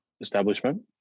establishment